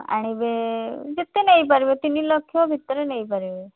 ଆଣିବେ ଯେତେ ନେଇପାରିବେ ତିନିଲକ୍ଷ ଭିତରେ ନେଇପାରିବେ